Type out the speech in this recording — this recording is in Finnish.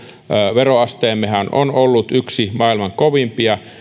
veroasteemmehan on ollut yksi maailman kovimpia